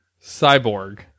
Cyborg